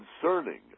concerning